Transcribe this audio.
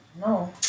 No